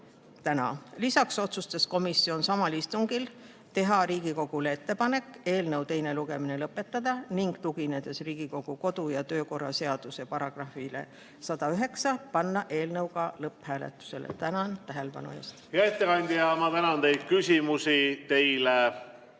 Lisaks otsustas komisjon samal istungil teha Riigikogule ettepaneku eelnõu teine lugemine lõpetada, ning tuginedes Riigikogu kodu- ja töökorra seaduse §‑le 109, panna eelnõu lõpphääletusele. Tänan tähelepanu eest!